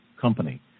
company